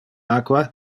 aqua